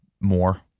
more